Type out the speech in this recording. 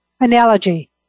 analogy